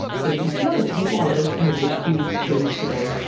says you see all these people i just introduced you to today,